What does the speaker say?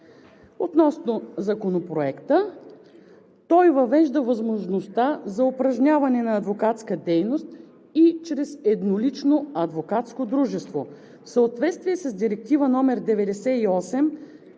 Относно Законопроекта – той въвежда възможността за упражняване на адвокатска дейност и чрез еднолично адвокатско дружество в съответствие с Директива №